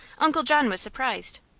uncle john was surprised.